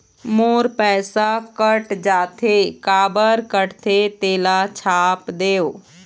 मोर पैसा कट जाथे काबर कटथे तेला छाप देव?